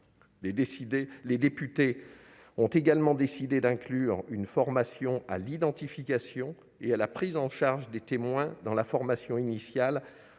Les députés ont également décidé d'inclure une formation à l'identification et à la prise en charge des témoins dans la formation initiale